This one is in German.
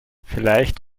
vielleicht